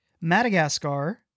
Madagascar